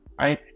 right